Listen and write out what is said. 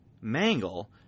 Mangle